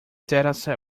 dataset